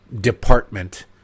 department